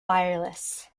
wireless